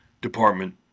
department